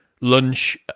lunch